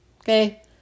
Okay